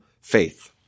faith